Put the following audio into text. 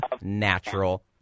natural